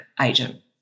agent